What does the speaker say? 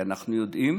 כי אנחנו יודעים